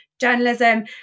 journalism